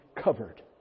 covered